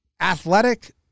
athletic